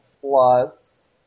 plus